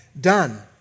done